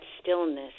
stillness